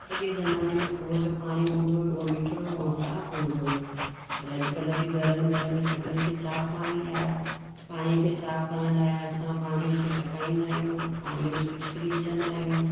अॻे ज़माने में खुंहं जो पाणी हूंदो हुओ मिठिड़ो ऐं साफ़ हूंदो हुओ पर अॼुकल्ह घर घर में सभिनी खे साफ़ पाणी आहे पाणी खे साफ़ करण लाइ असां पाणीअ खे टकाईंदा आहियूं पाणीअ में फिटकरी विझंदा आहियूं